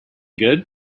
good